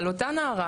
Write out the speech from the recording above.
אבל אותה נערה,